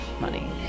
money